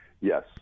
Yes